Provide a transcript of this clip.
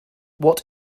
what